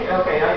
okay